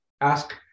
ask